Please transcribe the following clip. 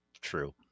true